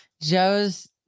joe's